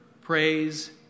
Praise